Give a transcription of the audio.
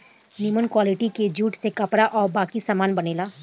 निमन क्वालिटी के जूट से कपड़ा आ बाकी सामान बनेला